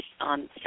on